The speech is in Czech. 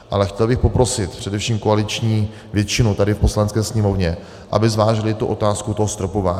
Ale chtěl bych poprosit především koaliční většinu tady v Poslanecké sněmovně, aby zvážili otázku toho stropování.